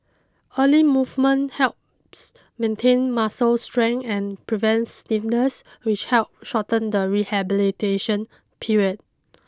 early movement helps maintain muscle strength and prevents stiffness which help shorten the rehabilitation period